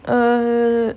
uh